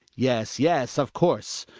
yes, yes, of course,